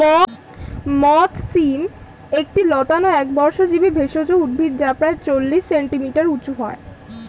মথ শিম একটি লতানো একবর্ষজীবি ভেষজ উদ্ভিদ যা প্রায় চল্লিশ সেন্টিমিটার উঁচু হয়